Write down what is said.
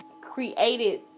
created